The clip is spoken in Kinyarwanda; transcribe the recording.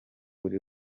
buri